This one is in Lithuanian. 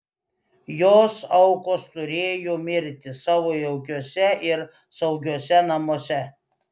jos aukos turėjo mirti savo jaukiuose ir saugiuose namuose